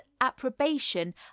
approbation